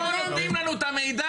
הם לא נותנים לנו את המידע,